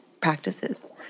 practices